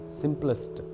simplest